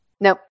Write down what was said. Nope